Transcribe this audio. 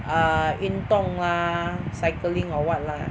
ah 运动 ah cycling or what lah